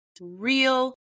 real